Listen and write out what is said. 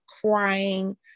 crying